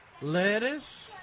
lettuce